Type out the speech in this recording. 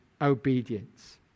obedience